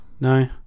No